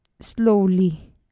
slowly